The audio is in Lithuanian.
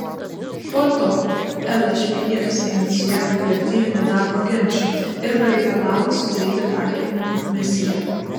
po to lšps inicijavo kolektyvinį darbo ginčą ir pareikalavo sudaryti taikinimo komisiją